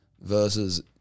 Versus